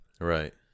Right